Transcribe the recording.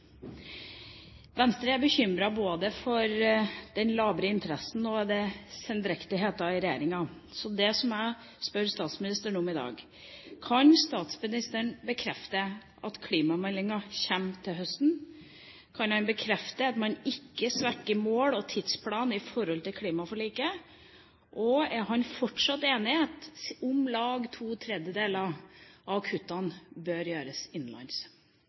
Venstre er bekymret både for den labre interessen og sendrektigheten i regjeringa. Det jeg spør statsministeren om i dag, er: Kan statsministeren bekrefte at klimameldinga kommer til høsten? Kan han bekrefte at man ikke svekker mål og tidsplan i forhold til klimaforliket? Og er han fortsatt enig i at om lag to tredjedeler av kuttene bør gjøres innenlands?